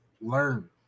learn